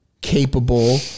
capable